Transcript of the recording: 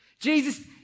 Jesus